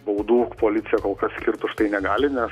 baudų policija kol kas skirt už tai negali nes